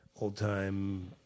old-time